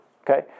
Okay